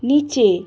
নিচে